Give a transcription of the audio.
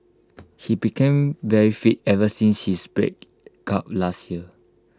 he became very fit ever since his breakup last year